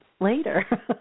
later